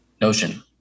notion